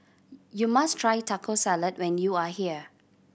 you must try Taco Salad when you are here